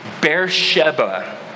Beersheba